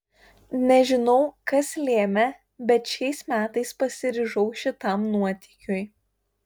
nežinau kas lėmė bet šiais metais pasiryžau šitam nuotykiui